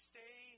Stay